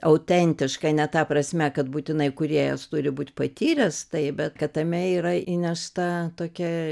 autentiška ne ta prasme kad būtinai kūrėjas turi būti patyręs tai bet kad tame yra įnešta tokia